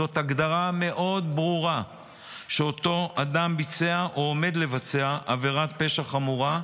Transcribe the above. זאת הגדרה מאוד ברורה שאותו אדם ביצע או עומד לבצע עבירת פשע חמורה,